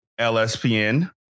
lspn